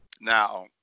Now